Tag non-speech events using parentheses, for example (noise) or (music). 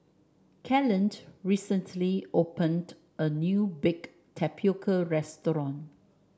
Kellen (unintelligible) recently opened a new bake tapioca restaurant